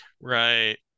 Right